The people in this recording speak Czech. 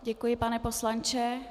Děkuji, pane poslanče.